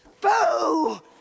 Boo